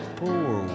poor